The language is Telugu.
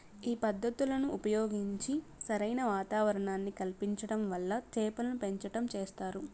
ఈ పద్ధతులను ఉపయోగించి సరైన వాతావరణాన్ని కల్పించటం వల్ల చేపలను పెంచటం చేస్తారు